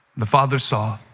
the father saw,